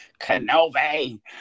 Kenobi